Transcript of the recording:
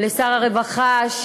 לשר הרווחה,